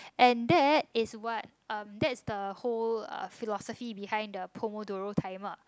and that is what um that's the whole uh philosophy behind the Pomodoro Timer